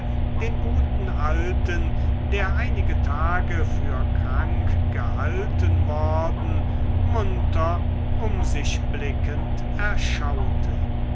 den guten alten der einige tage für krank gehalten worden munter um sich blickend erschaute